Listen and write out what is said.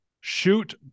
shoot